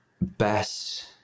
best